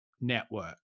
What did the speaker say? network